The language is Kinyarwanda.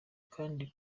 kandi